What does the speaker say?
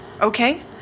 okay